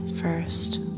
first